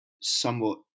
somewhat